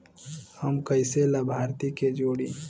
हम कइसे लाभार्थी के जोड़ी?